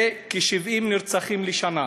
זה כ-70 נרצחים לשנה.